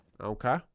Okay